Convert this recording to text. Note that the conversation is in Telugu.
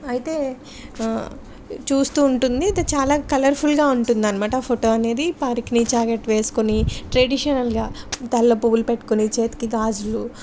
అయితే చూస్తు ఉంటుంది అయితే చాలా కలర్ఫుల్గా ఉంటుంది అన్నమాట ఆ ఫోటో అనేది పర్కీని జాకెట్ వేసుకొని ట్రెడిషనల్గా తలలో పువ్వులు పెట్టుకొని చేతికి గాజులు